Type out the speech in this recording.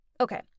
Okay